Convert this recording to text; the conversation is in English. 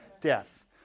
Death